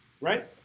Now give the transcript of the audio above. Right